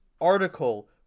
article